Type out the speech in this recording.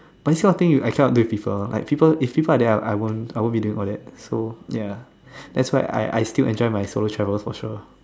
but this kind of thing I cannot do with people like if people are there I won't I won't be doing all that so ya that's why I I still enjoy my solo travel for sure